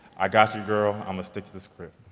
i got you, girl. i'mma stick to the script.